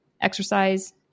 exercise